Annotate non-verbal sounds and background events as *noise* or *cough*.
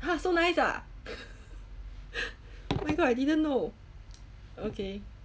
!huh! so nice ah *laughs* oh my god I didn't know okay